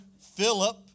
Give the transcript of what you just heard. Philip